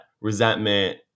resentment